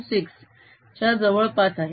226 च्या जवळपास आहे